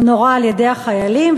הוא נורה על-ידי החיילים,